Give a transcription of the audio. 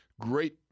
great